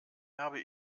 habe